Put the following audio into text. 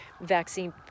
vaccine